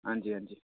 हंजी हंजी